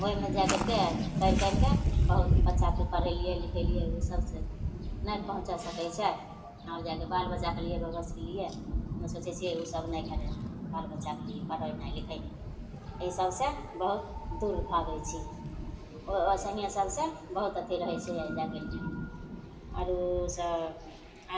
वएहमे जा करिके करि करिके बहुत बच्चाके पढ़ेलिए लिखेलिए ओसबसे नहि पहुँचै सकै छै आओर जाके बाल बच्चाके लिए बेबस केलिए हमे सोचै छिए ओसब नहि करै बाल बच्चाके लिए पढ़ेनाइ लिखेनाइ एहि सबसे बहुत दूर भागै छी ओ ओहिसहिए सबसे बहुत अथी रहै छिए जा करिके आओर ओसब